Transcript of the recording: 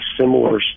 similar